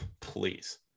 Please